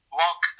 walk